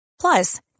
Plus